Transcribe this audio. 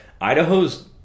Idaho's